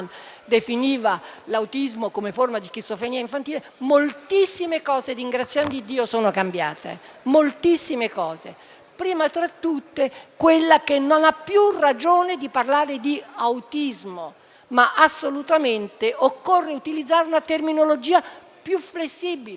definiva l'autismo come forma di schizofrenia infantile - moltissime cose, ringraziando Iddio, sono cambiate. In primo luogo, non vi è più ragione di parlare di autismo ma assolutamente occorre utilizzare una terminologia più flessibile,